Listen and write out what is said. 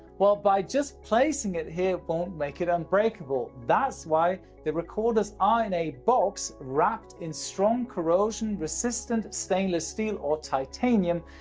well by just placing it here won't make it unbreakable. that's why the recorders ah in a box wrapped in strong corrosion resistant, stainless steel or titanium,